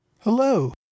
Hello